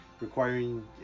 requiring